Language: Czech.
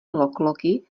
lokloki